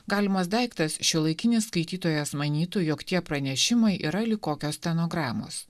galimas daiktas šiuolaikinis skaitytojas manytų jog tie pranešimai yra lyg kokios stenogramos